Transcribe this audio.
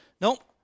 nope